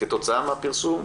כתוצאה מהפרסום,